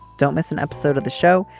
don't miss an episode of the show.